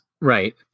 Right